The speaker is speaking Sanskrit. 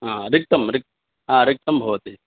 ह रिक्तम् रिक् हा रिक्तं भवति